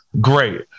great